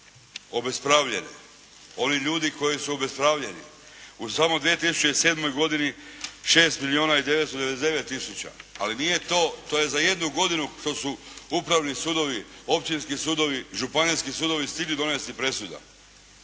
2007. godini 6 milijuna 999 tisuća, ali nije to, to je za jednu godinu, to su upravni sudovi, općinski sudovi, županijski sudovi stigli donijeti presuda.